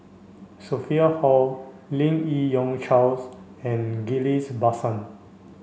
Sophia Hull Lim Yi Yong Charles and Ghillies Basan